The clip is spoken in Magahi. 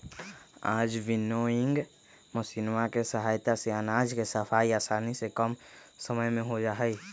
आज विन्नोइंग मशीनवा के सहायता से अनाज के सफाई आसानी से कम समय में हो जाहई